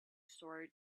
sought